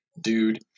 dude